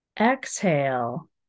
exhale